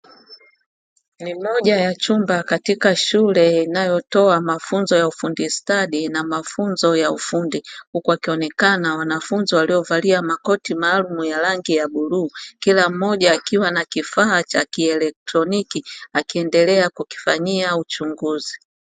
Ni moja ya chumba katika shule inayotoa mafunzo ya ufundi stadi na mafunzo ya ufundi, huku wakionekana wanafunzi waliovalia makoti maalumu yenye rangi ya buluu kila mmoja akiwa na kifaa cha kielektroniki akiendelea kukifanyia uchunguzi.